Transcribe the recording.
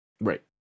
Right